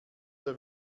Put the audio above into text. der